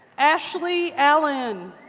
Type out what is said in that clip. ashley ah and